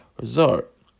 Resort